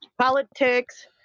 politics